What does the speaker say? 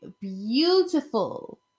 beautiful